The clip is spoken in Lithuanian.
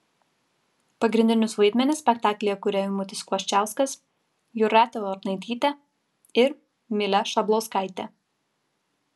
pagrindinius vaidmenis spektaklyje kuria eimutis kvoščiauskas jūratė onaitytė ir milė šablauskaitė